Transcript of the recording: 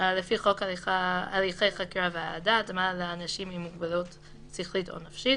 לפי חוק הליכי חקירה והעדה (התאמה לאנשים עם מוגבלות שכלית או נפשית),